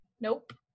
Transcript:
Nope